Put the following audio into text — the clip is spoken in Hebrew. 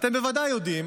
אתם בוודאי יודעים